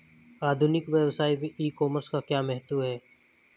आधुनिक व्यवसाय में ई कॉमर्स का क्या महत्व है?